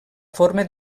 forma